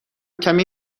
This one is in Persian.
کمی